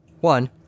One